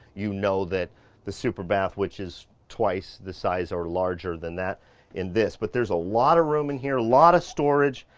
you know that the super bath, which is twice the size or larger than that in this, but there's a lot of room in here. a lot of storage,